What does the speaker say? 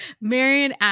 Marion